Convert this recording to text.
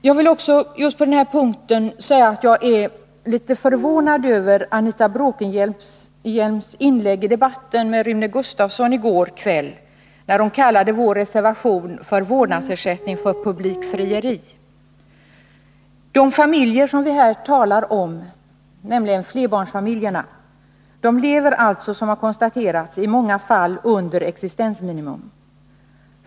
Just på denna punkt vill jag också säga att jag är litet förvånad över Anita Bråkenhielms inlägg i debatten med Rune Gustavsson i går kväll, när hon kallade vår reservation om vårdnadsersättning för publikfrieri. De familjer vi här talar om, nämligen flerbarnsfamiljerna, lever alltså i många fall under existensminimum.